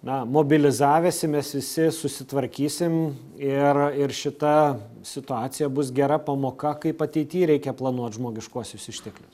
na mobilizavęsi mes visi susitvarkysim ir ir šita situacija bus gera pamoka kaip ateity reikia planuot žmogiškuosius išteklius